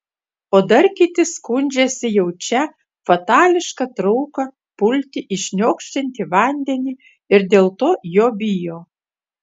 o dar kiti skundžiasi jaučią fatališką trauką pulti į šniokščiantį vandenį ir dėl to jo bijo